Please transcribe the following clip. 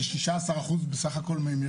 ש-16% בסך הכול מהם,